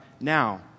now